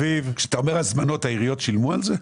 כשאתה אומר הזמנות, העיריות שילמו על זה?